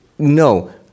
No